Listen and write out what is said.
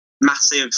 massive